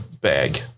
bag